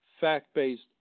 fact-based